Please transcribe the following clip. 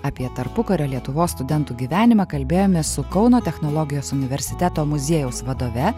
apie tarpukario lietuvos studentų gyvenimą kalbėjomės su kauno technologijos universiteto muziejaus vadove